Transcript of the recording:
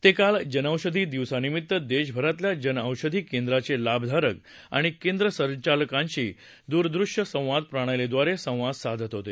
ते काल जनऔषधी दिवसानिमित्त देशभरातल्या जनऔषधी केंद्रांचे लाभधारक आणि केंद्रचालकांशी दूरदृष्यसंवाद प्रणालीद्वारे संवाद साधत होते